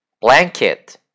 Blanket